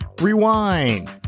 Rewind